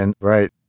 right